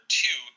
two